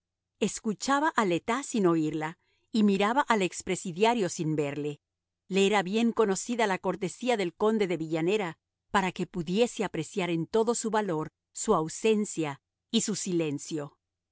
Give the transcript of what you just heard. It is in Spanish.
escuchaba a le tas sin oírla y miraba al ex presidiario sin verle le era bien conocida la cortesía del conde de villanera para que pudiese apreciar en todo su valor su ausencia y su silencio